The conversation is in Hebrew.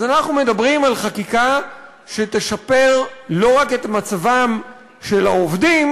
אז אנחנו מדברים על חקיקה שתשפר לא רק את מצבם של העובדים,